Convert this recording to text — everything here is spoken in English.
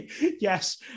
Yes